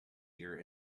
year